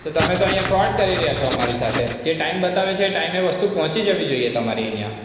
તો તમે તો અહીંયાં ફ્રોડ કરી રહ્યા છો અમારી સાથે જે ટાઈમ બતાવે છે એ ટાઈમે વસ્તુ પહોંચી જવી જોઈએ તમારી અહીંયાં